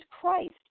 Christ